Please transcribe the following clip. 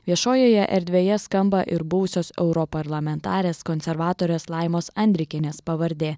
viešojoje erdvėje skamba ir buvusios europarlamentarės konservatorės laimos andrikienės pavardė